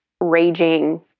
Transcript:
raging